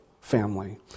family